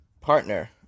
partner